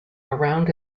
around